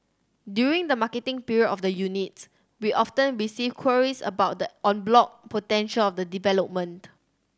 during the marketing period of the units we often receive queries about the en bloc potential of the development